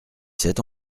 s’est